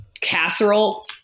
casserole